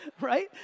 Right